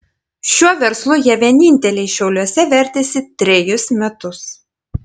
šiuo verslu jie vieninteliai šiauliuose vertėsi trejus metus